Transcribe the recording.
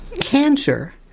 cancer